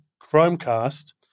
Chromecast